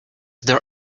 there